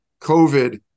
covid